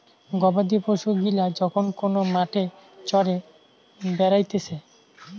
গবাদি পশু গিলা যখন কোন মাঠে চরে বেড়াতিছে